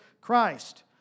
Christ